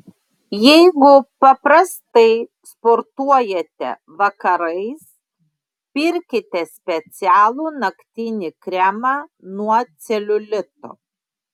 jeigu paprastai sportuojate vakarais pirkite specialų naktinį kremą nuo celiulito